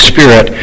Spirit